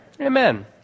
Amen